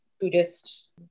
Buddhist